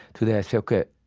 today i say, ok,